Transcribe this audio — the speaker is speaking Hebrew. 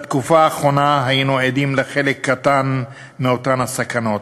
בתקופה האחרונה היינו עדים לחלק קטן מאותן הסכנות.